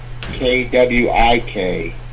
K-W-I-K